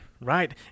right